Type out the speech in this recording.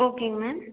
ஓகேங்க மேம்